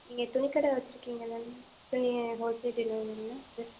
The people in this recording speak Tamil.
நீங்கள் துணிக்கடை வச்சுருக்கீங்க தானே துணி ஹோல் சேல் டீலர் தானே